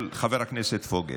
של חבר הכנסת פוגל.